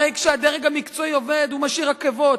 הרי כשהדרג המקצועי עובד הוא משאיר עקבות,